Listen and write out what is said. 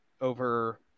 over